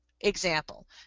example